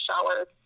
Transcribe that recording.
showered